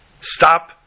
stop